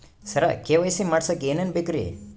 ಸರ KYC ಮಾಡಸಕ್ಕ ಎನೆನ ಬೇಕ್ರಿ?